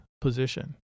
position